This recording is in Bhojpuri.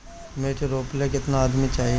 मिर्च रोपेला केतना आदमी चाही?